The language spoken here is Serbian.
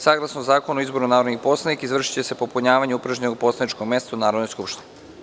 Saglasno Zakonu o izboru narodnih poslanika izvršiće se popunjavanje upražnjenog poslaničkog mesta u Narodnoj skupštini.